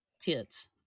tits